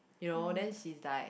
you know then she is like